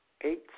Eight